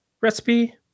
recipe